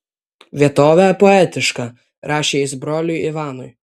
vietovė poetiška rašė jis broliui ivanui